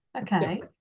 okay